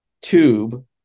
tube